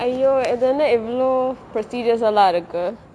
!aiyo! இதென்ன இவ்ளோ:ithenna ivalo procedures லா இருக்கு:la irukku